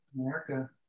America